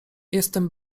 jestem